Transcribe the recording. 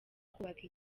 kubaka